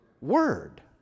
word